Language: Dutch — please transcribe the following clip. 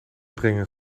brengen